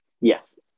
yes